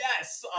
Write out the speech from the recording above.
yes